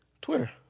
Twitter